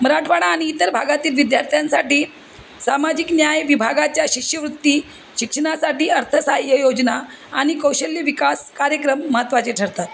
मराठवाडा आणि इतर भागातील विद्यार्थ्यांसाठी सामाजिक न्याय विभागाच्या शिष्यवृत्ती शिक्षणासाठी अर्थसहाय्य योजना आणि कौशल्य विकास कार्यक्रम महत्त्वाचे ठरतात